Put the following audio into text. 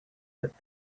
that